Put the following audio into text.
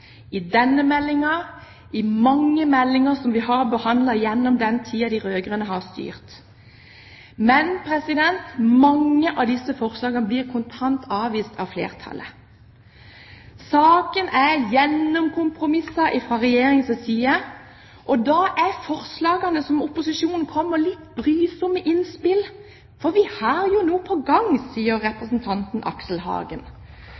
til denne meldingen og til mange meldinger som vi har behandlet gjennom den tid de rød-grønne har styrt. Men mange av disse forslagene har blitt kontant avvist av flertallet. Saken er gjennomkompromisset fra Regjeringens side. Forslagene fra opposisjonen blir litt brysomme innspill, for vi har jo noe på gang,